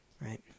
right